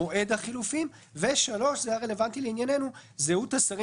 (2) מועד החילופים," ומה שרלוונטי לענייננו: "(3) זהות השרים